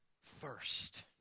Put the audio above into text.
first